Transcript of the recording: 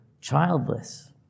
Childless